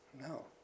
No